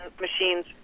machines